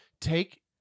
take